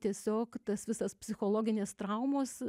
tiesiog tas visas psichologinės traumos